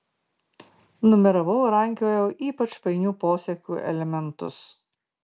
numeravau ir rankiojau ypač painių posakių elementus